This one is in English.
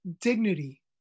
dignity